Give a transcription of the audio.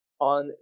On